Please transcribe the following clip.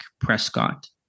Prescott